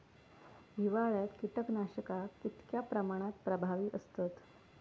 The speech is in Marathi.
हिवाळ्यात कीटकनाशका कीतक्या प्रमाणात प्रभावी असतत?